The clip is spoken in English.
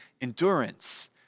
endurance